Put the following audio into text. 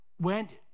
went